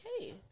Okay